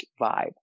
vibe